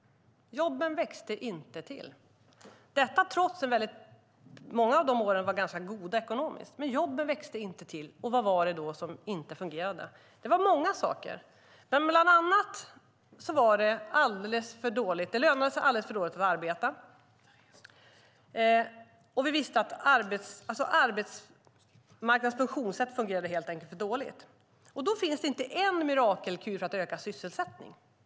Jobben växte inte till. Trots att många av de åren var ganska goda ekonomiskt växte jobben inte till. Vad var det då som inte fungerade? Det var många saker. Bland annat lönade det sig alldeles för dåligt att arbeta. Vi visste att arbetsmarknadens funktionssätt helt enkelt var för dåligt. Då finns det inte en mirakelkur för att öka sysselsättningen.